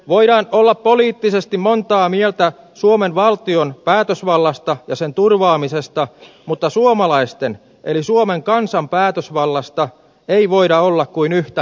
voidaan olla poliittisesti montaa mieltä suomen valtion päätösvallasta ja sen turvaamisesta mutta suomalaisten eli suomen kansan päätösvallasta ei voida olla kuin yhtä mieltä